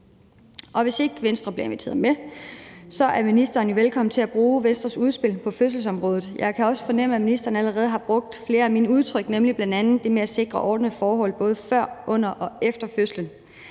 Og hvis ikke Venstre bliver inviteret med, er ministeren jo velkommen til at bruge Venstres udspil på fødselsområdet. Jeg kan også fornemme, at ministeren allerede har brugt flere af mine udtryk, nemlig bl.a. det med at sikre ordnede forhold både før, under og efter fødslen.